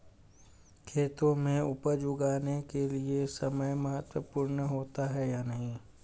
खेतों में उपज उगाने के लिये समय महत्वपूर्ण होता है या नहीं?